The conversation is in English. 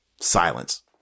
silence